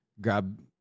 grab